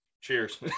cheers